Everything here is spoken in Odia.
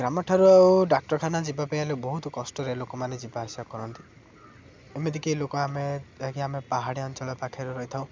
ଗ୍ରାମ ଠାରୁ ଆଉ ଡାକ୍ତରଖାନା ଯିବା ପାଇଁ ହେଲେ ବହୁତ କଷ୍ଟରେ ଲୋକମାନେ ଯିବା ଆସିବା କରନ୍ତି ଏମିତିକି ଲୋକ ଆମେ ଯାହାକି ଆମେ ପାହାଡ଼ିଆ ଅଞ୍ଚଳ ପାଖରେ ରହି ଥାଉ